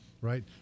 right